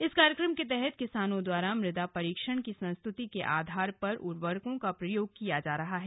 इस कार्यक्रम के तहत किसानों द्वारा मृदा परीक्षण की संस्तृति के आधार पर उर्वरकों का प्रयोग किया जा रहा है